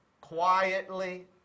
quietly